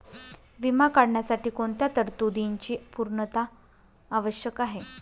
विमा काढण्यासाठी कोणत्या तरतूदींची पूर्णता आवश्यक आहे?